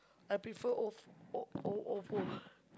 I prefer Of~ O O Oppo